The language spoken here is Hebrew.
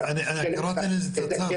לאנשי,